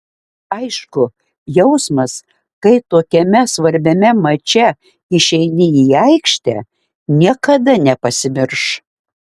aišku jausmas kai tokiame svarbiame mače išeini į aikštę niekada nepasimirš